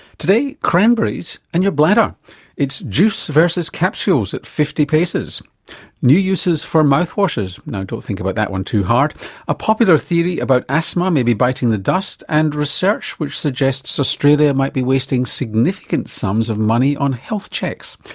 today, cranberries and your bladder it's juice versus capsules at fifty paces new uses for mouthwashes now don't think about that one too hard a popular theory about asthma maybe biting the dust, and research which suggests australia might be wasting significant sums of money on health checks.